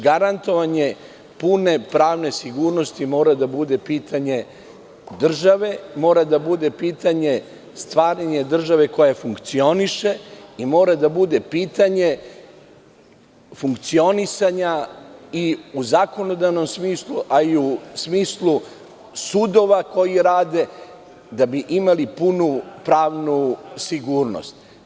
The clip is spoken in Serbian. Garantovanje pune pravne sigurnosti mora da bude pitanje države, mora da bude pitanje stvaranja države koja funkcioniše i mora da bude pitanje funkcionisanja i u zakonodavnom smislu, a i u smislu sudova koji rade da bi mogli da imamo punu pravnu sigurnost.